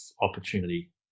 opportunity